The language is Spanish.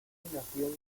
nació